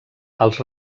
els